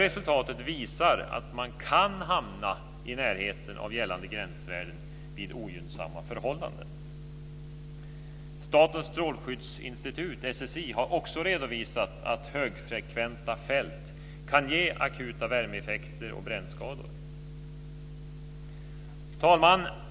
Resultatet visar att man kan hamna i närheten av gällande gränsvärden vid ogynnsamma förhållanden. Statens strålskyddsinstitut, SSI, har också redovisat att högfrekventa fält kan ge akuta värmeeffekter och brännskador. Fru talman!